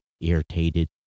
irritated